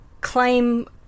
claim